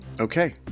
Okay